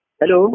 Hello